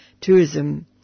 tourism